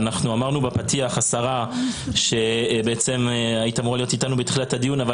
אמרנו בפתיח שהיית אמורה להיות איתנו מתחילת הדיון אבל